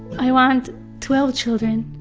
i want twelve children!